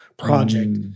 Project